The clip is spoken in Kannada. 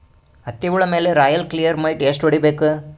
ಹತ್ತಿ ಹುಳ ಮೇಲೆ ರಾಯಲ್ ಕ್ಲಿಯರ್ ಮೈಟ್ ಎಷ್ಟ ಹೊಡಿಬೇಕು?